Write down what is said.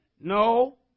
No